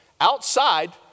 outside